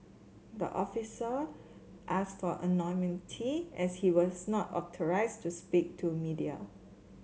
the official asked for anonymity as he was not authorised to speak to media